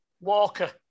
Walker